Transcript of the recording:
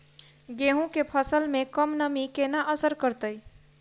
गेंहूँ केँ फसल मे कम नमी केना असर करतै?